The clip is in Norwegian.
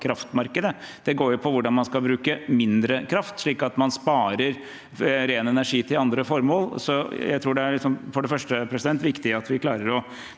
Det går jo ut på hvordan man skal bruke mindre kraft, slik at man sparer ren energi til andre formål. Jeg tror altså det er viktig at vi klarer å